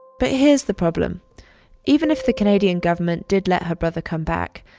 but here's the problem even if the canadian government did let her brother come back,